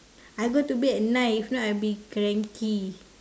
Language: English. I go to the bed at nine if not I will be cranky